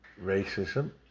racism